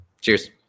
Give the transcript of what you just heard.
Cheers